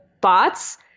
bots